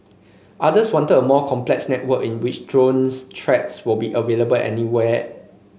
others wanted a more complex network in which drone tracks would be available anywhere